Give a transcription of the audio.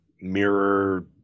mirror